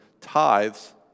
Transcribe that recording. tithes